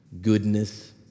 goodness